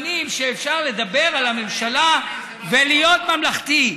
ומגוונים שבהם אפשר לדבר על הממשלה ולהיות ממלכתי.